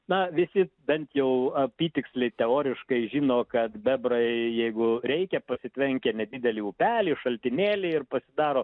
na visi bent jau apytiksliai teoriškai žino kad bebrai jeigu reikia pasitvenkia nedidelį upelį šaltinėlį ir pasidaro